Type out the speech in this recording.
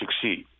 succeed